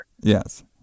Yes